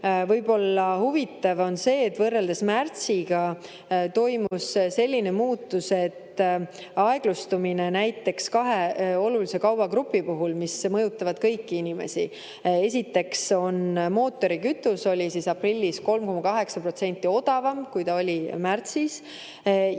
võib-olla huvitav, on see, et võrreldes märtsiga toimus selline muutus, aeglustumine näiteks kahe olulise kaubagrupi puhul, mis mõjutavad kõiki inimesi. Esiteks oli mootorikütus aprillis 3,8% odavam, kui ta oli märtsis.